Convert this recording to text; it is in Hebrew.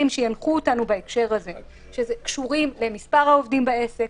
שינחו אותנו בהקשר הזה שקשורים למספר העובדים בעסק,